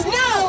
no